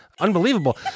Unbelievable